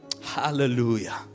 Hallelujah